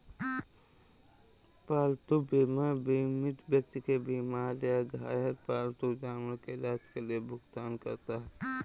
पालतू बीमा बीमित व्यक्ति के बीमार या घायल पालतू जानवर के इलाज के लिए भुगतान करता है